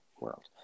world